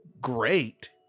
great